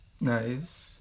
nice